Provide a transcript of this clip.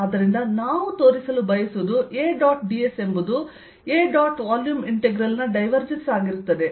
ಆದ್ದರಿಂದ ನಾವು ತೋರಿಸಲು ಬಯಸುವುದು A ಡಾಟ್ ds ಎಂಬುದು A ಡಾಟ್ ವಾಲ್ಯೂಮ್ ಇಂಟೆಗ್ರಲ್ ನ ಡೈವರ್ಜೆನ್ಸ್ ಆಗಿರುತ್ತದೆ